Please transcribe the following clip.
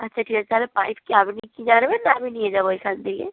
আচ্ছা ঠিক আছে তালে পাইপ কি আপনি কিনে আনবেন না আমি নিয়ে যাবো এখান থেকে